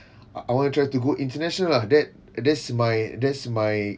I want try to go international lah that that's my that's my